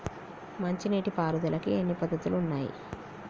మంచి నీటి పారుదలకి ఎన్ని పద్దతులు ఉన్నాయి?